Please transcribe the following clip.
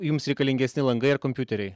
jums reikalingesni langai ar kompiuteriai